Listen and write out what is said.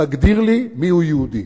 תגדיר לי מיהו יהודי.